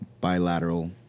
bilateral